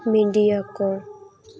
media ᱠᱚ